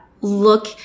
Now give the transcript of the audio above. look